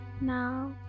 now